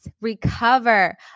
recover